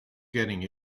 getting